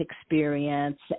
experience